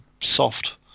soft